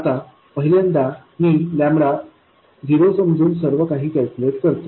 आता पहिल्यांदाम मी झिरो समजून सर्व काही कॅलक्युलेट करतो